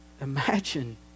Imagine